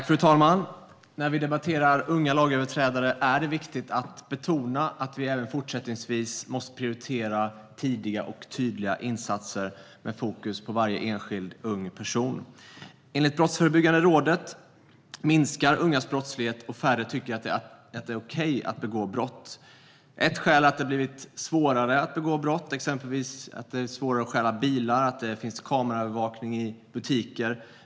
Fru talman! När vi debatterar unga lagöverträdare är det viktigt att betona att vi även fortsättningsvis måste prioritera tidiga och tydliga insatser med fokus på varje enskild ung person. Enligt Brottsförebyggande rådet minskar ungas brottslighet, och färre tycker att det är okej att begå brott. Ett skäl är att det har blivit svårare att begå brott. Exempelvis är det svårare att stjäla bilar, och det finns kameraövervakning i butiker.